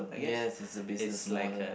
yes it's a business model